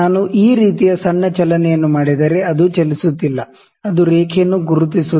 ನಾನು ಈ ರೀತಿಯ ಸಣ್ಣ ಚಲನೆಯನ್ನು ಮಾಡಿದರೆ ಅದು ಚಲಿಸುತ್ತಿಲ್ಲ ಅದು ರೇಖೆಯನ್ನು ಗುರುತಿಸುತ್ತಿಲ್ಲ